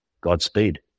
Godspeed